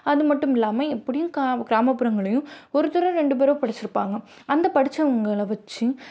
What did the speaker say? அது மட்டும் இல்லாமல் எப்படியும் கா கிராமப்புறங்கள்லேயும் ஒருத்தரோ ரெண்டு பேரோ படிச்சிருப்பாங்கள் அந்த படிச்சவங்களை வச்சு